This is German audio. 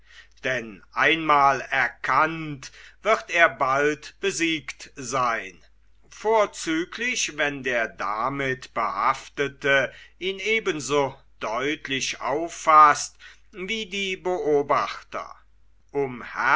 denn ein mal erkannt wird er bald besiegt seyn vorzüglich wenn der damit behaftete ihn ebenso deutlich auffaßt wie die beobachter um